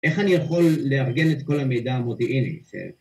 איך אני יכול לארגן את כל המידע המודיעיני אצל...